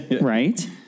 right